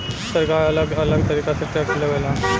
सरकार अलग अलग तरीका से टैक्स लेवे ला